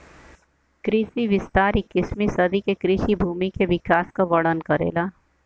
कृषि विस्तार इक्कीसवीं सदी के कृषि भूमि के विकास क वर्णन करेला